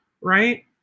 right